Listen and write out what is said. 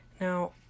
Now